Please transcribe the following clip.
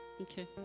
Okay